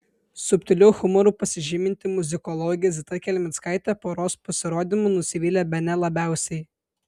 subtiliu humoru pasižyminti muzikologė zita kelmickaitė poros pasirodymu nusivylė bene labiausiai